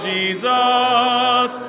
Jesus